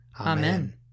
Amen